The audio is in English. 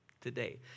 today